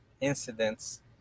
incidents